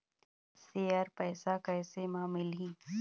Share पैसा कैसे म मिलही?